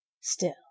Still